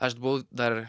aš buvau dar